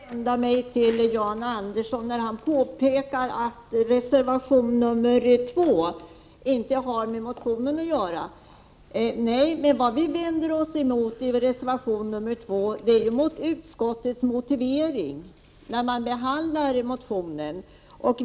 Herr talman! Först vill jag rikta mig till Jan Andersson. Han påpekar att reservation 2 inte har med motionen att göra. Nej, men vad vi vänder oss mot i reservation 2 är utskottets motivering, vid behandling av motionen.